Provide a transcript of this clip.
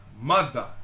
mother